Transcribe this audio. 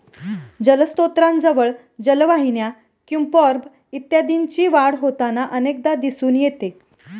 जलस्त्रोतांजवळ जलवाहिन्या, क्युम्पॉर्ब इत्यादींची वाढ होताना अनेकदा दिसून येते